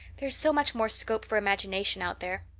there is so much more scope for imagination out there.